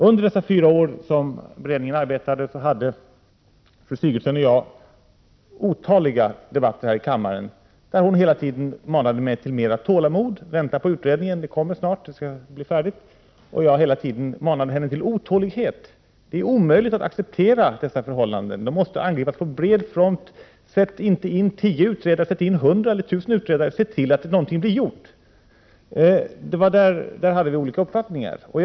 Under dessa fyra år som beredningen arbetade hade fru Sigurdsen och jag otaliga debatter här i kammaren, då hon hela tiden manade mig att ha mer tålamod och att vänta på den utredning som hon sade snart skulle komma. Men jag manade henne hela tiden till otålighet, eftersom jag ansåg att det var omöjligt att acceptera dessa förhållanden som måste angripas på bred front. I stället för att sätta in 10 utredare får man sätta in 100 eller 1 000 utredare, så att något blir gjort. Vi hade olika uppfattningar om detta.